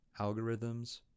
algorithms